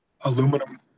aluminum